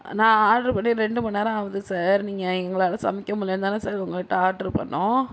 நான் ஆடரு பண்ணி ரெண்டு மணி நேரம் ஆகுது சார் நீங்கள் எங்களால் சமைக்க முடியலன்னு தானே சார் உங்கள்கிட்ட ஆடரு பண்ணோம்